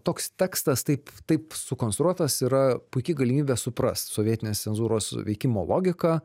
toks tekstas taip taip sukonstruotas yra puiki galimybė suprast sovietinės cenzūros veikimo logiką